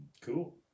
Cool